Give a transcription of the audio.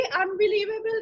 unbelievable